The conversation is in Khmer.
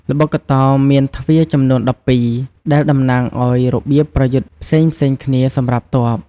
ល្បុក្កតោមាន ទ្វារ ចំនួន ១២ ដែលតំណាងឱ្យរបៀបប្រយុទ្ធផ្សេងៗគ្នាសម្រាប់ទ័ព។